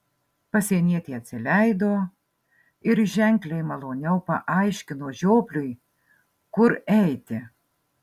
pasienietė atsileido ir ženkliai maloniau paaiškino žiopliui kur eiti